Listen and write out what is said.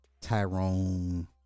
Tyrone